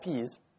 Ps